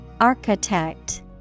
Architect